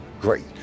great